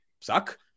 suck –